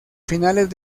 finales